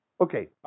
Okay